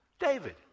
David